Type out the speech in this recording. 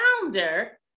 founder